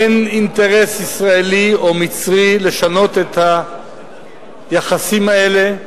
אין אינטרס ישראלי או מצרי לשנות את היחסים האלה.